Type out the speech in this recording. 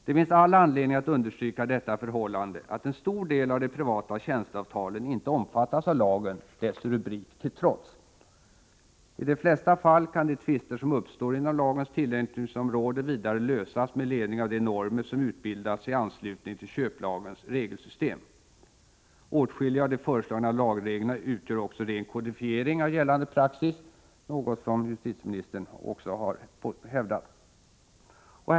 Det finns all anledning att understryka det förhållandet att en stor del av de privata tjänsteavtalen inte omfattas av lagen — dess rubrik till trots. I de flesta fall kan de tvister som uppstår inom lagens tillämpningsområde vidare lösas med ledning av de normer som utbildats i anslutning till köplagens regelsystem. Åtskilliga av de föreslagna lagreglerna utgör också ren kodifiering av gällande praxis — något som justitieministern även har förklarat vara fallet.